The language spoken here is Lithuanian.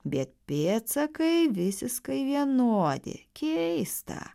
bet pėdsakai visiskai vienodi keista